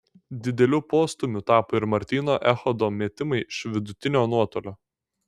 dideliu postūmiu tapo ir martyno echodo metimai iš vidutinio nuotolio